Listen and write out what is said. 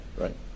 right